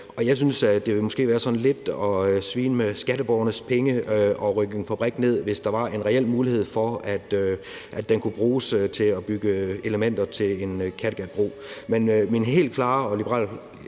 Og jeg synes, at det måske sådan lidt ville være at svine med skatteborgernes penge at rive en fabrik ned, hvis der var en reel mulighed for, at den kunne bruges til at bygge elementer til en Kattegatbro. Men min og Liberal